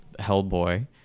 hellboy